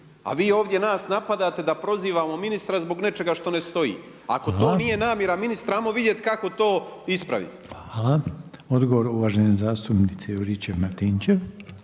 A vi ovdje nas napadate da prozivamo ministra zbog nečega što ne stoji. Ako to nije namjera ministra ajmo vidjeti kako to ispraviti. **Reiner, Željko (HDZ)** Odgovor uvažene zastupnice Juričev-Martinčev.